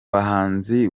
bahanzi